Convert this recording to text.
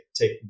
take